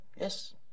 Yes